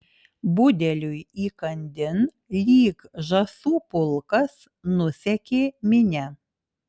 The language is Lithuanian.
budeliui įkandin lyg žąsų pulkas nusekė minia